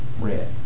red